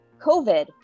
COVID